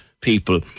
people